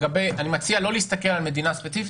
אני מציע לא להסתכל על מדינה ספציפית,